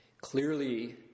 clearly